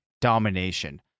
domination